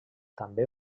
també